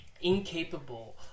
incapable